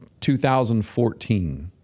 2014